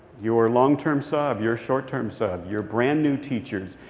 your long-term sub, your short-term sub, your brand-new teachers,